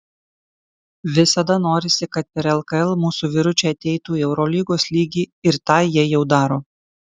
visada norisi kad per lkl mūsų vyručiai ateitų į eurolygos lygį ir tą jie jau daro